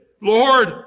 Lord